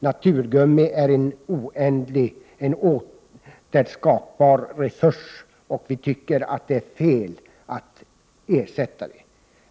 Naturgummi är en oändlig, återskapbar resurs och vi tycker det är fel att ersätta det.